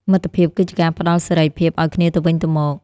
មិត្តភាពគឺជាការផ្តល់សេរីភាពឱ្យគ្នាទៅវិញទៅមក។